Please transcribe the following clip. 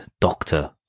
doctor